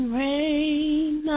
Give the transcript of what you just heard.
rain